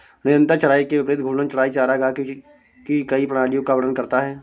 निरंतर चराई के विपरीत घूर्णन चराई चरागाह की कई प्रणालियों का वर्णन करता है